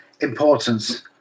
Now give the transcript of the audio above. importance